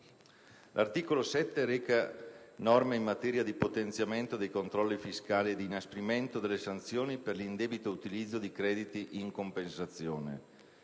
L'articolo 7 reca norme in materia di potenziamento dei controlli fiscali e di inasprimento delle sanzioni per l'indebito utilizzo di crediti in compensazione.